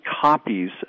copies